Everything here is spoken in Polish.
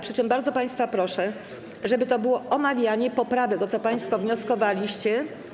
Przy czym bardzo państwa proszę, żeby to było omawianie poprawek, o co państwo wnioskowaliście.